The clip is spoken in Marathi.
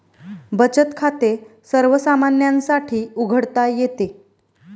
बचत खाते सर्वसामान्यांसाठी उघडता येते